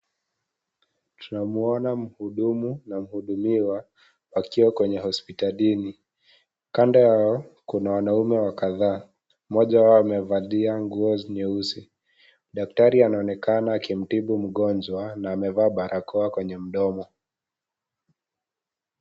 Tunamuona mhudumu na mhudumiwa wakiwa kwenye hospitalini kando yao kuna wanaume kadhaa. Mmoja wao amevalia nguo nyeusi. Daktari anaonekana akimtibu mgonjwa na amevaa barakoa kwenye mdomo.